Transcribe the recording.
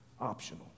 optional